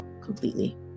completely